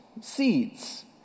seeds